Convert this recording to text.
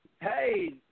Hey